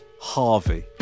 Harvey